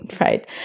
right